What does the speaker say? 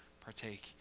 partake